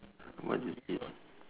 what is this ah